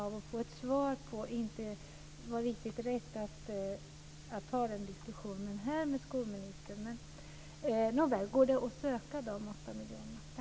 Men jag kände att det inte var riktigt rätt att ta diskussionen om det som jag brann för med skolministern här. Nåväl! Går det att söka de åtta miljonerna?